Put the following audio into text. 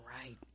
right